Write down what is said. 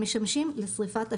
המשמשים לשריפת אשפה,